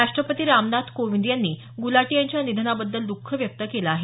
राष्ट्रपती रामनाथ कोविंद यांनी गुलाटी यांच्या निधनाबद्दल दुख व्यक्त केलं आहे